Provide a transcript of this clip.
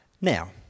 Now